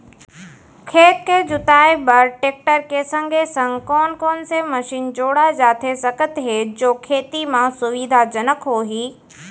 खेत के जुताई बर टेकटर के संगे संग कोन कोन से मशीन जोड़ा जाथे सकत हे जो खेती म सुविधाजनक होही?